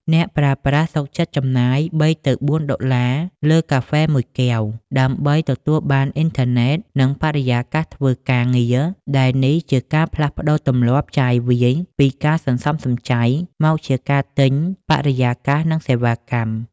អ្នកប្រើប្រាស់សុខចិត្តចំណាយ ៣-៤ ដុល្លារលើកាហ្វេមួយកែវ ដើម្បីទទួលបានអ៊ីនធឺណិត និងបរិយាកាសធ្វើការងារ ដែលនេះជាការផ្លាស់ប្តូរទម្លាប់ចាយវាយពីការសន្សំសំចៃ មកជាការទិញ "បរិយាកាស និងសេវាកម្ម"។